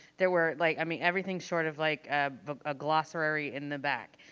there were like, i mean, everything short of like a ah ah glossary in the back,